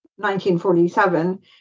1947